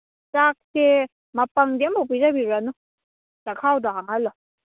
ꯆꯥꯛꯁꯦ ꯃꯄꯪꯗꯤ ꯑꯃꯐꯥꯎꯕ ꯄꯤꯖꯕꯤꯔꯨꯔꯅꯨ ꯆꯥꯛꯈꯥꯥꯎꯗꯣ ꯍꯥꯡꯍꯜꯂꯣ